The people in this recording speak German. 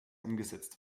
umgesetzt